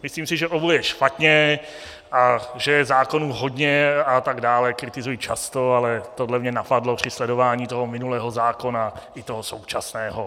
Myslím si, že obojí je špatně a že je zákonů hodně, a tak dále, kritizuji často, ale tohle mě napadlo při sledování toho minulého zákona i toho současného.